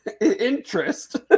interest